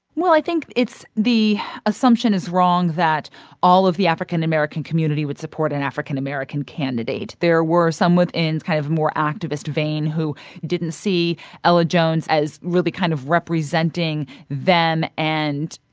well, i think it's the assumption is wrong that all of the african american community would support an african american candidate. there were some within kind of a more activist vein who didn't see ella jones as really kind of representing them and,